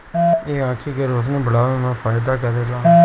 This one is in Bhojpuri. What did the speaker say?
इ आंखी के रोशनी बढ़ावे में फायदा करेला